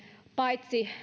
paitsi